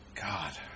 God